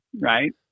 right